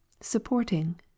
supporting